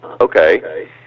okay